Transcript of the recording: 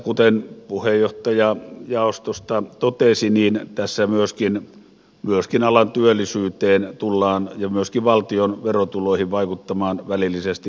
kuten puheenjohtaja jaostosta totesi tässä tullaan myöskin alan työllisyyteen ja valtion verotuloihin vaikuttamaan välillisesti myönteisesti